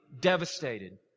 devastated